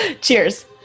cheers